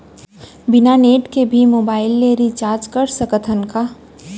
बिना नेट के भी मोबाइल ले रिचार्ज कर सकत हन का?